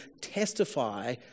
testify